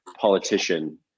politician